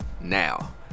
now